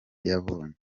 yabonye